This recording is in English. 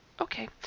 Okay